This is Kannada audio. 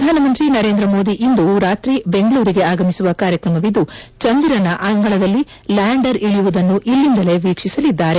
ಪ್ರಧಾನಮಂತ್ರಿ ನರೇಂದ್ರ ಮೋದಿ ಇಂದು ರಾತ್ರಿ ಬೆಂಗಳೂರಿಗೆ ಆಗಮಿಸುವ ಕಾರ್ಯಕ್ರಮವಿದ್ದು ಚಂದಿರನ ಅಂಗಳದಲ್ಲಿ ಲ್ಯಾಂಡರ್ ಇಳಿಯುವುದನ್ನು ಇಲ್ಲಿಂದಲೇ ವೀಕ್ಷಿಸಲಿದ್ದಾರೆ